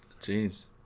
Jeez